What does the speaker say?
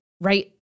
right